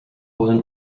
wollen